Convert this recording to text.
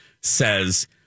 says